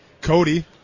Cody